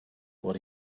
what